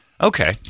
Okay